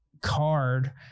card